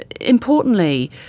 importantly